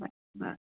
bye बरं